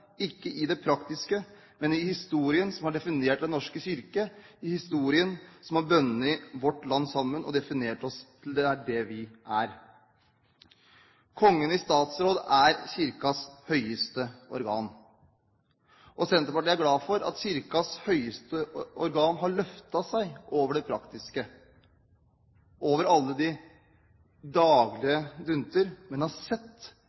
ikke i det praktiske, men i historien som har definert Den norske kirke, i historien som har bundet vårt land sammen og definert oss til det vi er. Kongen i statsråd er Kirkens høyeste organ. Senterpartiet er glad for at Kirkens høyeste organ har løftet seg over det praktiske, over den daglige dont, og har sett